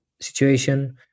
situation